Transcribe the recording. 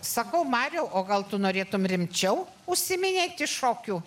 sakau mariau o gal tu norėtum rimčiau užsiiminėti šokiu